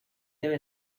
debe